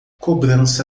cobrança